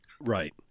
Right